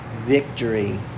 victory